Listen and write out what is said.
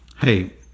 Hey